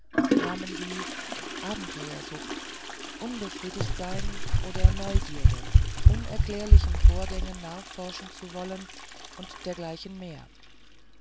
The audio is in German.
namen wie abenteuersucht unbefriedigtsein oder neugierde unerklärlichen vorgängen nachforschen zu wollen und dergleichen mehr